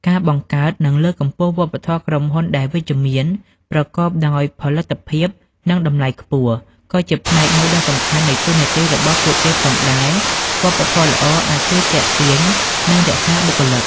ការបង្កើត និងលើកកម្ពស់វប្បធម៌ក្រុមហ៊ុនដែលវិជ្ជមាន ប្រកបដោយផលិតភាព និងតម្លៃខ្ពស់ ក៏ជាផ្នែកមួយដ៏សំខាន់នៃតួនាទីរបស់ពួកគេផងដែរ វប្បធម៌ល្អអាចជួយទាក់ទាញ និងរក្សាបុគ្គលិក។